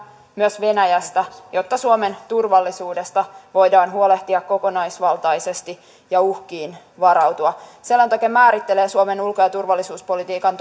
myös venäjästä jotta suomen turvallisuudesta voidaan huolehtia kokonaisvaltaisesti ja uhkiin varautua selonteko määrittelee suomen ulko ja turvallisuuspolitiikan